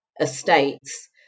Estates